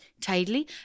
tidily